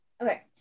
Okay